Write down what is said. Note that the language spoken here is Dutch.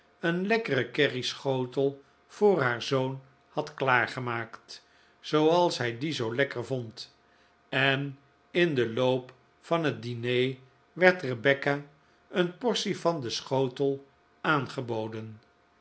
een lekkeren kerryschotel voor haar zoon had klaar gemaakt zooals hij dien zoo lekker vond en in den loop van het diner werd rebecca een portie van den schotel aangeboden